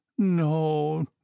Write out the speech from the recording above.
no